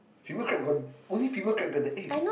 female crab got only female crab get the egg